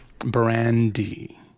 Brandy